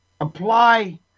Apply